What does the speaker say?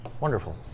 Wonderful